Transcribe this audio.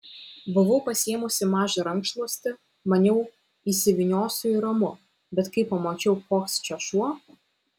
buvau pasiėmusi mažą rankšluostį maniau įsivyniosiu ir ramu bet kai pamačiau koks čia šuo